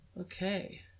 Okay